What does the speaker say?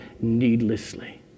needlessly